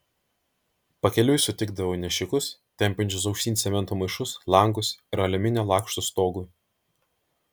pakeliui sutikdavau nešikus tempiančius aukštyn cemento maišus langus ir aliuminio lakštus stogui